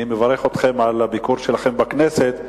אני מברך אתכם על הביקור שלכם בכנסת.